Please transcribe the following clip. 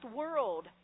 world